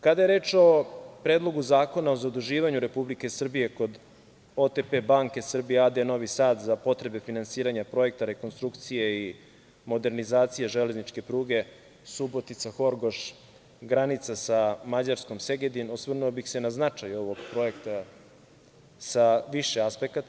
Kada je reč o Predlogu zakona o zaduživanju Republike Srbije kod OTP banke Srbije a.d. Novi Sad za potrebe finansiranja projekta, rekonstrukcije i modernizacije železničke pruge Subotica - Horgoš, granica sa Mađarskom - Segedin, osvrnuo bih se na značaju ovog projekta sa više aspekata.